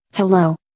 Hello